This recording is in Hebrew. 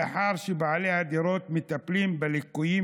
לאחר שבעלי הדירות מטפלים בליקויים